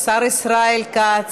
השר ישראל כץ,